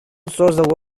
создал